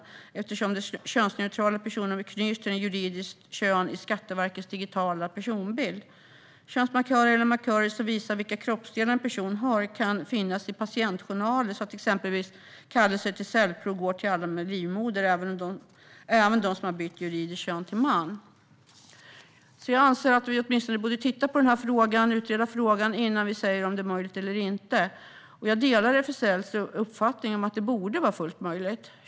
Anledningen till detta är att det könsneutrala personnumret knyts till ett juridiskt kön i skatteverkets digitala personbild. Könsmarkörer eller markörer som visar vilka kroppsdelar en person har kan finnas i patientjournaler, så att exempelvis kallelser till cellprov går till alla med livmoder - även till dem som har bytt juridiskt kön till man. Jag anser att vi åtminstone borde utreda denna fråga innan vi säger om det är möjligt att införa könsneutrala personnummer eller inte. Jag delar RFSL:s uppfattning om att det borde vara fullt möjligt.